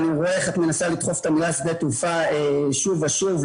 אני רואה איך את מנסה לדחוף את המילה "שדה תעופה" שוב ושוב.